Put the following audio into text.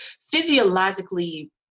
physiologically